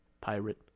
pirate